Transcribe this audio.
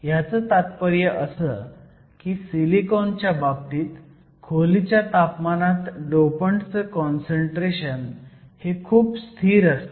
ह्याचं तात्पर्य असं की सिलिकॉनच्या बाबतीत खोलीच्या तापमानात डोपंटचं काँसंट्रेशन हे खूप स्थिर असतं